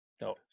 no